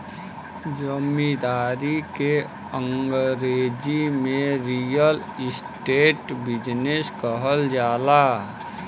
जमींदारी के अंगरेजी में रीअल इस्टेट बिजनेस कहल जाला